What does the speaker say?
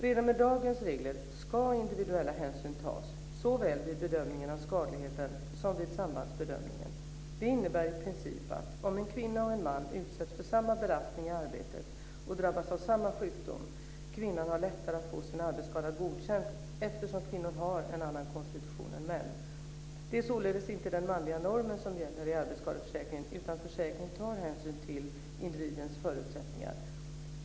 Redan med dagens regler ska individuella hänsyn tas såväl vid bedömningen av skadligheten som vid sambandsbedömningen. Det innebär i princip att om en kvinna och en man utsätts för samma belastning i arbetet och drabbas av samma sjukdom har kvinnan lättare att få sin arbetsskada godkänd eftersom kvinnor har en annan konstitution än män. Det är således inte den manliga normen som gäller i arbetsskadeförsäkringen, utan försäkringen tar hänsyn till individens förutsättningar.